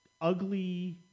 ugly